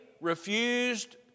refused